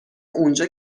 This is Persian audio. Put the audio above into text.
اونجا